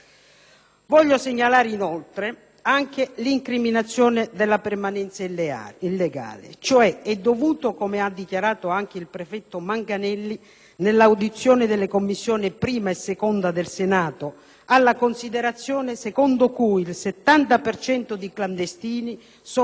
anche l'incriminazione della permanenza illegale; ciò è dovuto - come ha dichiarato anche il prefetto Manganelli nell'audizione delle Commissioni 1a e 2a del Senato - alla considerazione secondo cui il 70 per cento di clandestini sono entrati legalmente in Italia